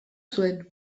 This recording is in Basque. zuen